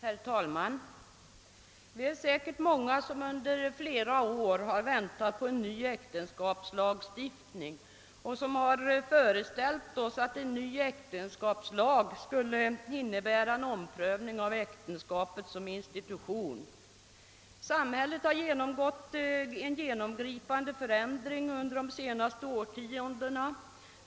Herr talman! Det är säkert många som under flera år har väntat på en ny äktenskapslagstiftning och som har föreställt sig att en ny äktenskapslag skulle innebära en omprövning av äktenskapet som institution. Samhället har genomgått en genomgripande förändring under de senaste årtiondena.